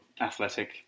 athletic